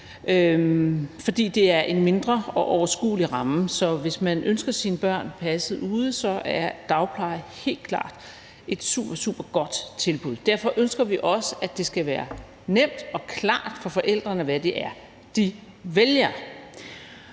fordi det er en mindre og mere overskuelig ramme. Så hvis man ønsker sine børn passet ude, er dagpleje helt klart et supersupergodt tilbud, og derfor ønsker vi også, at det skal være nemt og klart for forældrene, hvad det er, de vælger.